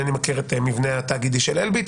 אינני מכיר את המבנה התאגידי של אלביט,